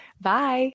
Bye